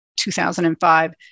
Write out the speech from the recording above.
2005